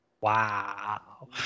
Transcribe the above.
Wow